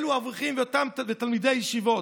אלו האברכים ותלמידי הישיבות.